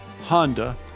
Honda